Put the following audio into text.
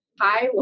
Hi